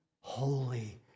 holy